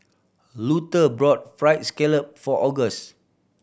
Luther bought Fried Scallop for August